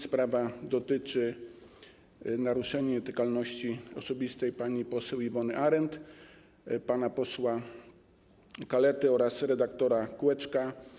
Sprawa dotyczy naruszenia nietykalności osobistej pani poseł Iwony Arent, pana posła Kalety oraz redaktora Kłeczka.